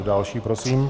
Další prosím.